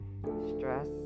Stress